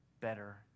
better